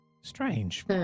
Strange